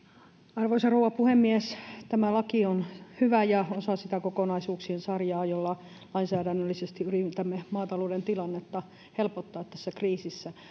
arvoisa rouva puhemies tämä laki on hyvä ja osa sitä kokonaisuuksien sarjaa jolla lainsäädännöllisesti yritämme maatalouden tilannetta helpottaa tässä kriisissä